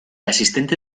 asistente